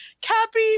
Cappy